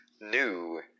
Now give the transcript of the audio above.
new